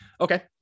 Okay